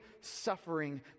suffering